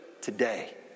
today